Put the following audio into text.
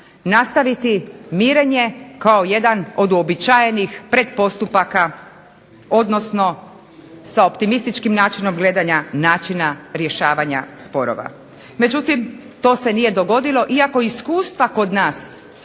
nastaviti mirenje kao jedan od uobičajenih pred postupaka, odnosno sa optimističkim načinom gledanja načina rješavanja sporova. Međutim, to se nije dogodilo iako iskustva kod nas